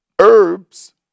herbs